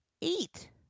eat